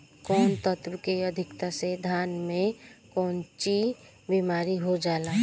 कौन तत्व के अधिकता से धान में कोनची बीमारी हो जाला?